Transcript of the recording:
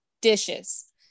Dishes